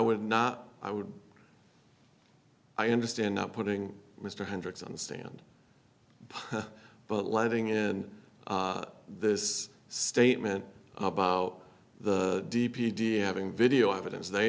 would not i would i understand not putting mr hendricks on the stand but letting in this statement about the d p d m being video evidence they